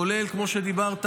כולל כמו שאמרת,